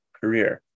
career